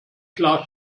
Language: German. klar